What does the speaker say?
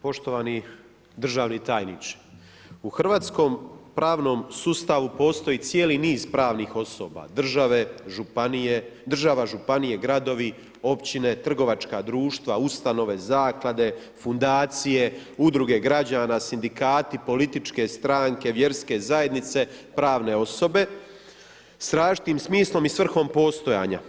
Poštovani državni tajniče, u hrvatskom pravnom sustavu postoji cijeli niz pravnih osoba, države, županije, gradovi, općine, trgovačka društva, ustanove, zaklade, fundacije, udruge građana, sindikati, političke stranke, vjerske zajednice, pravne osobe s različitim smislom i svrhom postojanja.